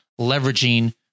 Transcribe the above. leveraging